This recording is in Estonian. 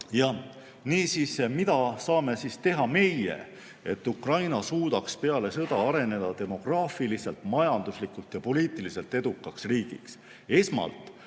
Niisiis, mida saame teha meie, et Ukraina suudaks peale sõda areneda demograafiliselt, majanduslikult ja poliitiliselt edukaks riigiks? Esmalt